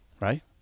Right